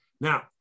Now